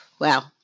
wow